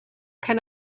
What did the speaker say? can